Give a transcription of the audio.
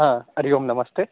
हा हरिः ओम् नमस्ते